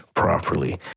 properly